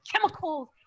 chemicals